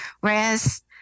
whereas